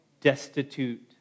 destitute